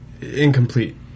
Incomplete